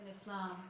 Islam